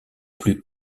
plus